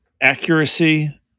accuracy